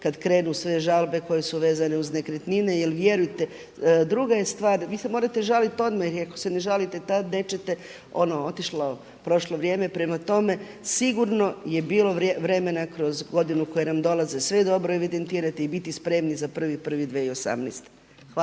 Kad krenu sve žalbe koje su vezane uz nekretnine, jer vjerujte, druga je stvar; vi se mora žaliti odmah jer ako se ne žalite tad nećete ono, otišlo, prošlo vrijeme. Prema tome, sigurno je bilo vremena kroz godinu, koje nam dolaze, sve dobro evidentirate i biti spremni za 1.1.2018. Hvala.